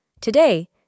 Today